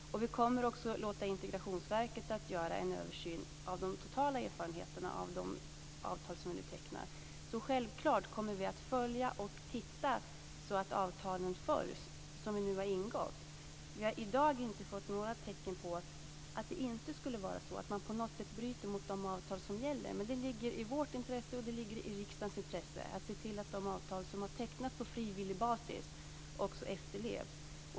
Vi kommer också att låta Integrationsverket göra en översyn av de totala erfarenheterna av de avtal som vi nu tecknar. Vi kommer självfallet att se efter att de avtal som vi har ingått följs. Vi har i dag inte sett några tecken på att man bryter mot de avtal som gäller. Men det ligger i vårt och i riksdagens intresse att se till att de avtal som har tecknats på frivillig basis också efterlevs.